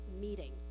meeting